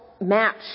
match